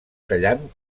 tallant